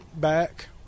back